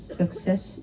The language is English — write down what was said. success